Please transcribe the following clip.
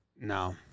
No